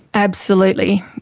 absolutely.